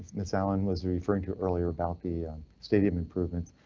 miss allen was referring to earlier about the stadium improvements,